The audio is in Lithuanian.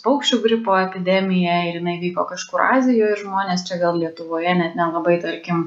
paukščių gripo epidemija ir jinai kažkur azijoje žmonės čia gal lietuvoje net nelabai tarkim